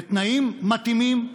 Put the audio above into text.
בתנאים מתאימים,